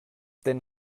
den